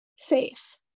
safe